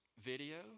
video